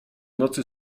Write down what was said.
nocy